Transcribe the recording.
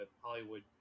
Hollywood